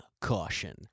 caution